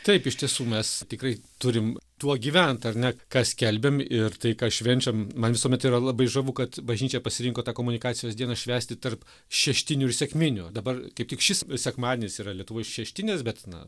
taip iš tiesų mes tikrai turim tuo gyvent ar ne ką skelbiam ir tai ką švenčiam man visuomet yra labai žavu kad bažnyčia pasirinko tą komunikacijos dieną švęsti tarp šeštinių ir sekminių dabar kaip tik šis sekmadienis yra lietuvoj šeštinės bet na